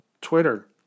Twitter